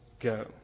go